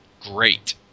Great